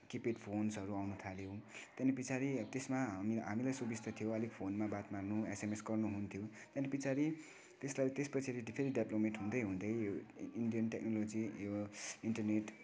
keypad फोन्सहरू आउन थाल्यो त्यहाँदेखि पछाडि त्यसमा हामी हामीलाई सुबिस्ता थियो अलिक फोनमा बात मार्न एसएमएस गर्न हुन्थ्यो त्यहाँदेखि पछाडि त्यसलाई त्यसपछाडि फेरि डेभ्लोपमेन्ट हुँदै हुँदै यो इन्डियन टेक्नोलोजी यो इन्टरनेट